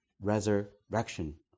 resurrection